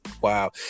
Wow